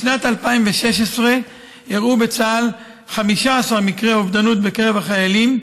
בשנת 2016 אירעו בצה"ל 15 מקרי התאבדות בקרב החיילים,